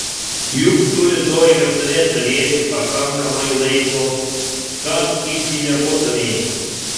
juk tu rytoj lėktuve turėsi pakankamai laiko kad išsimiegotumei